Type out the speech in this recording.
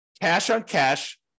cash-on-cash